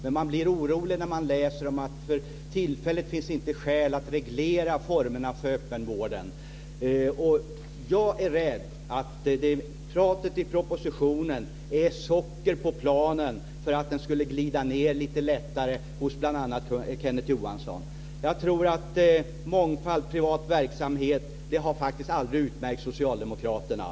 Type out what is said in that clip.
Men man blir orolig när man läser att det för tillfället inte finns skäl att reglera formerna för öppenvården. Jag är rädd att resonemanget i propositionen är som socker för att handlingsplanen ska glida igenom lite lättare hos bl.a. Kenneth Johansson. Mångfald och privat verksamhet har aldrig utmärkt Socialdemokraterna.